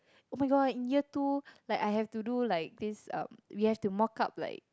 oh-my-god in year two like I have to do like this uh we have to mock up like